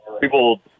people